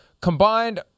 Combined